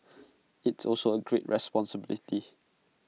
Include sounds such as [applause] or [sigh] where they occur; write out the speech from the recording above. [noise] it's also A great responsibility